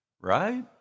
right